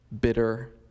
bitter